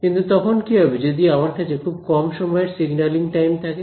কিন্তু তখন কি হবে যদি আমার কাছে খুব কম সময়ের সিগন্যালিং টাইম থাকে